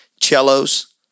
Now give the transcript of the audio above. Cellos